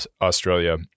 Australia